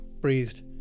breathed